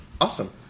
Awesome